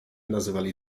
nazywali